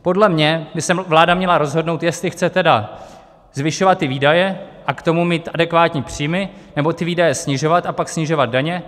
Podle mě by se vláda měla rozhodnout, jestli chce zvyšovat výdaje a k tomu mít adekvátní příjmy, nebo ty výdaje snižovat a pak snižovat daně.